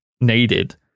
needed